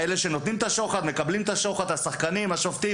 השחקנים השופטים,